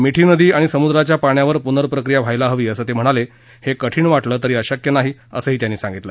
मिठी नदी आणि समुद्राच्या पाण्यावर पुनर्प्रक्रिया व्हायला हवी असं ते म्हणाले हे कठीण वाटलं तरी अशक्य नाही असं गडकरी यांनी सांगितलं